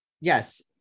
Yes